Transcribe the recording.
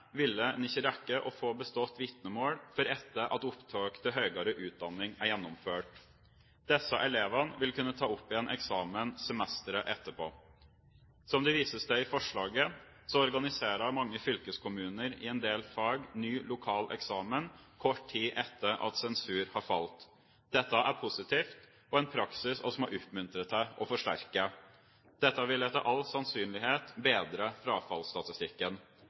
ville ikke rekke å få bestått vitnemål før etter at opptak til høyere utdanning er gjennomført. Disse elevene vil kunne ta opp igjen eksamen semesteret etterpå. Som det vises til i forslaget, organiserer mange fylkeskommuner i en del fag ny lokal eksamen kort tid etter at sensur har falt. Dette er positivt og en praksis vi må oppmuntre til og forsterke. Dette vil etter all sannsynlighet bedre frafallsstatistikken.